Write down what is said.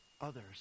Others